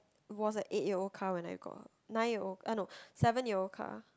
was a eight year old car when I got her nine year old ah no seven year old car